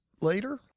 later